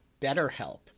BetterHelp